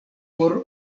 por